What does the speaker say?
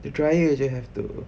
the dryer jer have to